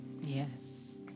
Yes